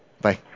Bye